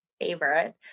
favorite